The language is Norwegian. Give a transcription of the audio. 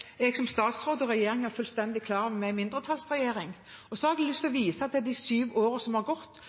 Jeg som statsråd og regjeringen for øvrig er fullstendig klar over at vi er en mindretallsregjering. Jeg har lyst å vise til de sju årene som har gått,